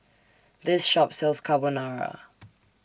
This Shop sells Carbonara